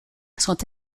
sont